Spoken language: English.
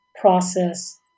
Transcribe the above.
process